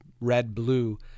red-blue